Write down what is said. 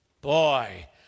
boy